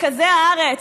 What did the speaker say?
במרכזי הארץ.